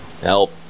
help